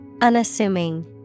Unassuming